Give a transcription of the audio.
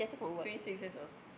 twenty six years old